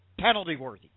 penalty-worthy